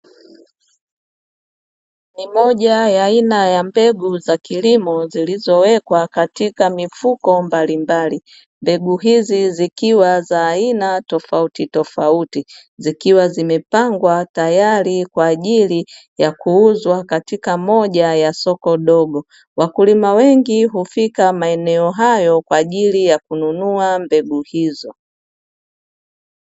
Ni moja ya aina ya mbegu za kilimo zilizowekwa katika mifuko mbalimbali. Mbegu hizi zikiwa za aina tofautitofauti, zikiwa zimepangwa tayari kwa ajili ya kuuzwa katika moja ya soko dogo. Wakulima wengi hufika maeneo hayo kwa ajili ya kununua mbegu hizo.